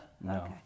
no